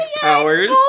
powers